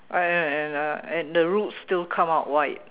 I and uh and the roots still come out white